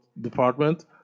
Department